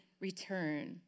return